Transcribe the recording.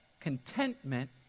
contentment